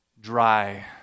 dry